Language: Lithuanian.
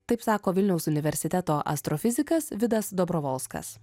taip sako vilniaus universiteto astrofizikas vidas dobrovolskas